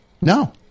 No